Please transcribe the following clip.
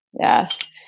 Yes